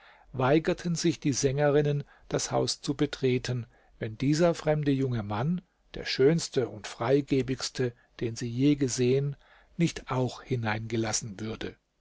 weigerten sich die sängerinnen das haus zu betreten wenn dieser fremde junge mann der schönste und freigebigste den sie je gesehen nicht auch hineingelassen würde